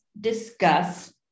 discuss